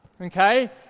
Okay